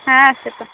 হ্যাঁ সে তো